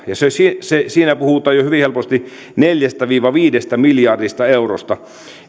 ja siinä puhutaan jo hyvin helposti neljästä viiva viidestä miljardista eurosta